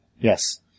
Yes